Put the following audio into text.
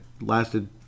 lasted